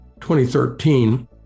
2013